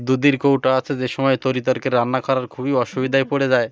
দুধের কৌটা আছে যে সময় তরিতরকারী রান্না করার খুবই অসুবিধায় পড়ে যায়